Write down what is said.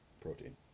protein